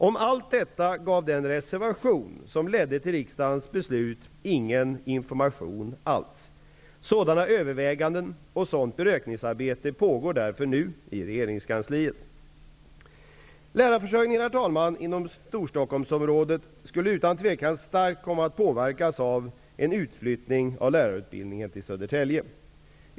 Om allt detta gav den reservation som ledde till riksdagens beslut ingen information alls. Sådana överväganden och sådant beräkningsarbete pågår därför nu i regeringskansliet. Lärarförsörjningen inom Storstockholmsområdet skulle utan tvekan starkt komma att påverkas av en utflyttning av lärarutbildningen till Södertälje.